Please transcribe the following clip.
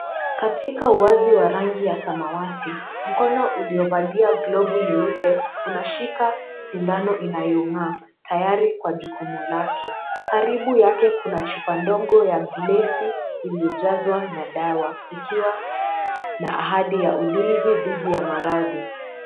Katika uwazi wa rangi ya samawati mkono uliovalia glovu nyeupe unashika sindano inayong'aa, tayari kwa jukumu lake karibu yake kuna chupa ndogo ya glesi iliyojazwa na dawa ikiwa na ahadi ya ulinzi dhidi ya maradhi.